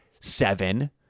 seven